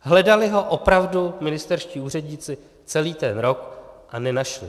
Hledali ho opravdu ministerští úředníci celý ten rok, ale nenašli.